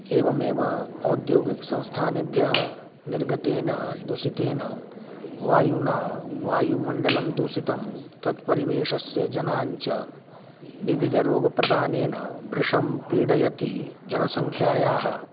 एवमेव औद्योगिकसंस्थानेभ्यः निर्गतेन दूषितेन वायुना वायुमण्डलं दूषितं तत्परिवेषस्य जनानाञ्च विविधरोगप्रदानेन भृषं पीडयति जनसंख्यायाः